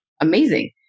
amazing